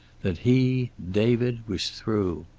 that he, david, was through.